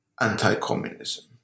anti-communism